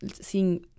seeing